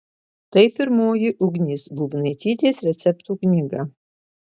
tai pirmoji ugnės būbnaitytės receptų knyga